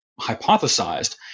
hypothesized